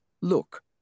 look